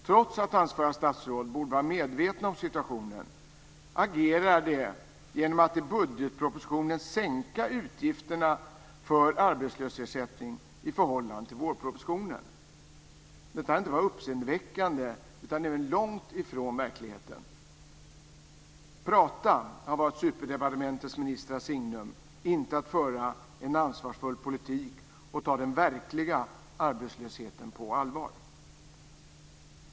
Trots att ansvariga statsråd borde vara medvetna om situationen agerar de genom att i budgetpropositionen sänka utgifterna för arbetslöshetsersättning i förhållande till vårpropositionen. Detta är inte bara uppseendeväckande utan även långt ifrån verkligheten. Prata har varit superdepartementets ministrars signum, inte att föra en ansvarsfull politik och ta den verkliga arbetslösheten på allvar.